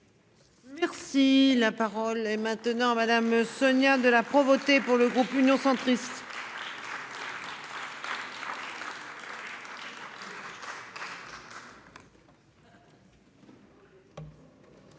Merci la parole est maintenant Madame, Sonia de la Provoté pour le groupe Union centriste.